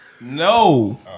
No